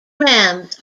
rams